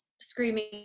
screaming